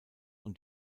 und